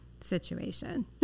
situation